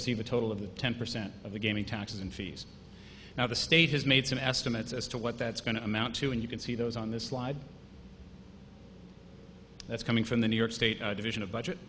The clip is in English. receive a total of ten percent of the gaming taxes and fees now the state has made some estimates as to what that's going to amount to and you can see those on the slide that's coming from the new york state division of budget